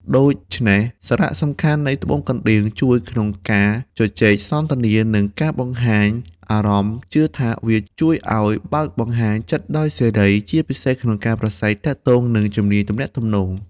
ដូច្នេះសារសំខាន់នៃត្បូងកណ្ដៀងជួយក្នុងការជជែកសន្ទនា និងការបង្ហាញអារម្មណ៍ ជឿថាវាជួយឲ្យបើកបង្ហាញចិត្តដោយសេរី ជាពិសេសក្នុងការប្រាស្រ័យទាក់ទង និងជំនាញទំនាក់ទំនង។